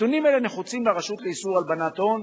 נתונים אלו נחוצים לרשות לאיסור הלבנת הון